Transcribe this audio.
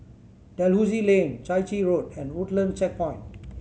Dalhousie Lane Chai Chee Road and Woodland Checkpoint